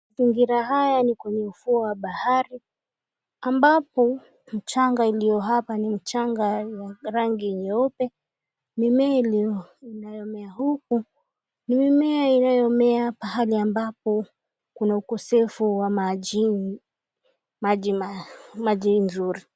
Mazingira haya ni kwenye ufuo wa bahari ambapo mchanga ulio hapa ni mchanga wenye rangi nyeupe, mmea inayomea huku ni mimea inayomea pahali ambapo kuna ukosefu wa maji mzuri.